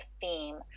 theme